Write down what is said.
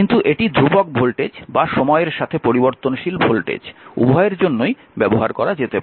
কিন্তু এটি ধ্রুবক ভোল্টেজ বা সময়ের সাথে পরিবর্তনশীল ভোল্টেজ উভয়ের জন্যই ব্যবহার করা যেতে পারে